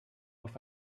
auf